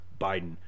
biden